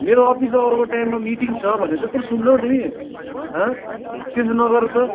मेरो अफिस आवरको टाइममा मिटिङ छ भनेर त्यत्रो सुन्दैनौ तिमी हँ त्यसो नगर त